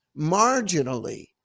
marginally